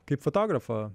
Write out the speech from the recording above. kaip fotografo